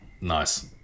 Nice